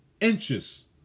inches